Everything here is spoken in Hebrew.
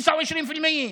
29%.)